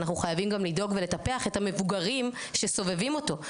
אנחנו חייבים גם לדאוג ולטפח את המבוגרים שסובבים אותו,